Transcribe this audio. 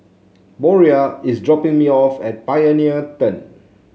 Moriah is dropping me off at Pioneer Turn